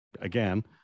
again